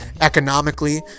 economically